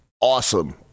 awesome